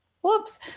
Whoops